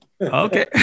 okay